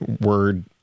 word